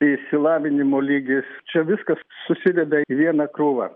išsilavinimo lygis čia viskas susideda į vieną krūvą